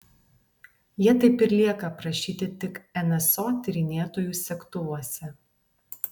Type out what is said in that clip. jie taip ir lieka aprašyti tik nso tyrinėtojų segtuvuose